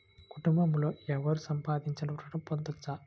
కుటుంబంలో ఎవరు సంపాదించినా ఋణం పొందవచ్చా?